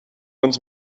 uns